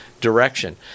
direction